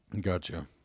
Gotcha